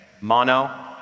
mono